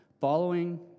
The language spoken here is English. Following